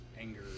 anger